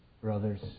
Brothers